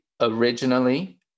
originally